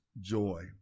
joy